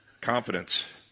Confidence